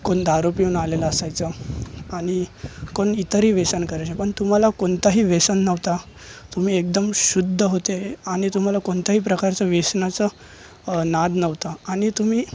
कोण दारू पिऊन आलेलं असायचं आणि कोण इतरही व्यसन करायचे पण तुम्हाला कोणताही व्यसन नव्हता तुम्ही एकदम शुद्ध होते आणि तुम्हाला कोणत्याही प्रकारचा व्यसनाचा नाद नव्हता आणि तुम्ही